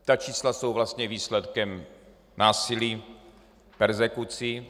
Ta čísla jsou vlastně výsledkem násilí, perzekucí.